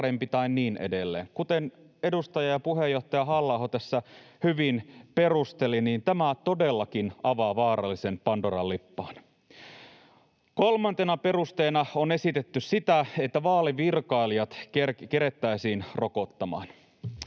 Kuten edustaja ja puheenjohtaja Halla-aho tässä hyvin perusteli, niin tämä todellakin avaa vaarallisen pandoran lippaan. Kolmantena perusteena on esitetty sitä, että vaalivirkailijat kerittäisiin rokottamaan.